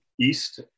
east